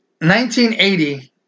1980